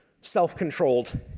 Self-controlled